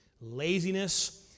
laziness